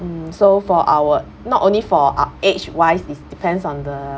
mm so for our not only for o~ age wise is depends on the